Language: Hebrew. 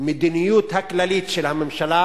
המדיניות הכללית של הממשלה